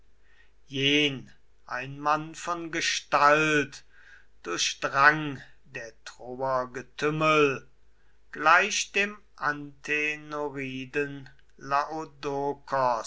jen ein mann von gestalt durchdrang der troer getümmel gleich dem